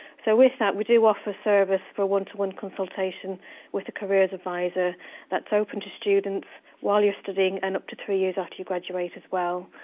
so with that, we do offer service for one-to-one consultation with a careers advisor that's open to students while you're studying and up to three years after you graduate as well.